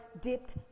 dipped